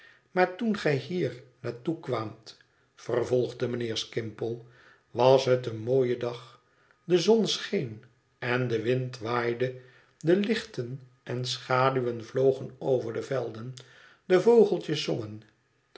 maar toen gij hier naar toe kwaamt vervolgde mijnheer skimpole was het een mooie dag de zon scheen en de wind waaide de lichten en schaduwen vlogen over de velden de vogeltjes zongen